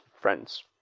friends